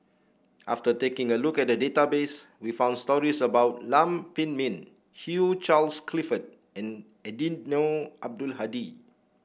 after taking a look at the database we found stories about Lam Pin Min Hugh Charles Clifford and Eddino Abdul Hadi